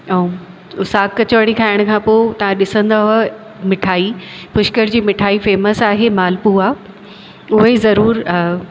ऐं साग कचौड़ी खाइण खां पोइ तव्हां ॾिसंदव मिठाई पुष्कर जी मिठाई फेमस आहे मालपुआ उहो ई ज़रूरु